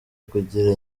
kugira